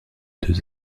deux